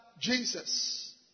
Jesus